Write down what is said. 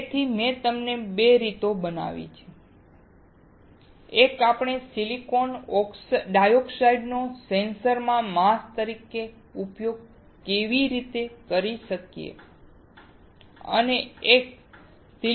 તેથી મેં તમને 2 રીતો બતાવી છે એક આપણે સિલિકોન ડાયોક્સાઈડનો સેન્સરમાં માસ્ક તરીકે ઉપયોગ કરી શકીએ છીએ